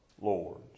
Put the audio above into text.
Lords